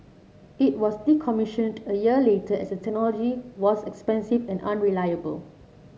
it was decommissioned a year later as the technology was expensive and unreliable